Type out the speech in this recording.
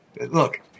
Look